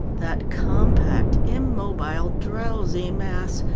that compact, immobile, drowsy mass,